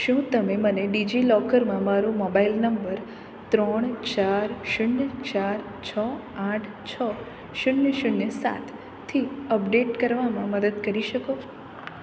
શું તમે મને ડિજિલોકરમાં મારો મોબાઇલ નંબર ત્રણ ચાર શૂન્ય ચાર છ આઠ છ શૂન્ય શૂન્ય સાતથી અપડેટ કરવામાં મદદ કરી શકો